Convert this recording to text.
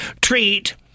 treat